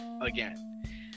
again